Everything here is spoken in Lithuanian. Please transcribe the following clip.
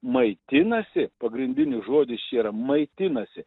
maitinasi pagrindinis žodis čia yra maitinasi